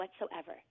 whatsoever